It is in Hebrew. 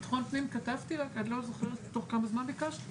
ביטחון פנים כתבתי רק אני לא זוכרת בתוך כמה זמן ביקשת?